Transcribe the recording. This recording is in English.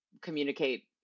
communicate